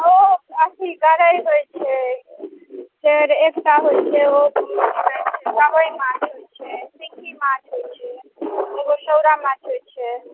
ओ अथी गरइ होइत छै फेर एकटा होइत छै ओ गरइ माछ होइत छै सिंगही माछ होइत छै एगो सौरा माछ होइत छै